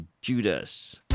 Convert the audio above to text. Judas